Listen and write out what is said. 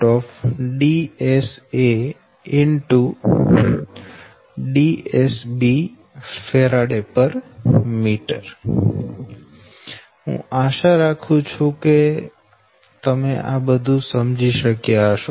DSB Fm હું આશા રાખું છું કે તમે આ બધું સમજી શક્યા હશો